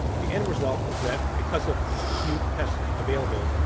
the end result was that, because of few tests available,